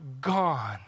Gone